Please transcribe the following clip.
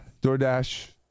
DoorDash